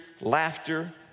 laughter